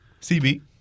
CB